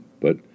but